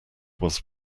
was